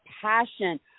passion